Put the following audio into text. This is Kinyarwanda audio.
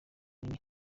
munini